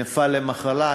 נפל למחלה,